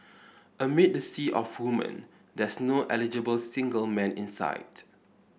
amid the sea of woman there's no eligible single man in sight